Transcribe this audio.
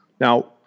Now